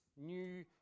new